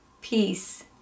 peace